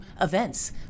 events